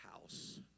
house